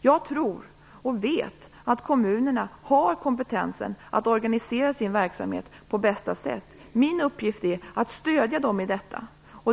Jag tror och vet att kommunerna har kompetensen att organisera sin verksamhet på bästa sätt. Min uppgift är att stödja dem i detta.